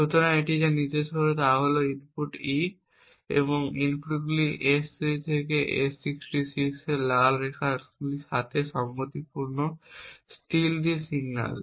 সুতরাং এটি যা নির্দেশ করে তা হল ইনপুট E এবং ইনপুটগুলি S3 থেকে S66 এখানে এই লাল রেখাগুলির সাথে সঙ্গতিপূর্ণ স্টিলথি সিগন্যাল